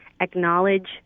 acknowledge